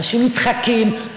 אנשים נדחקים,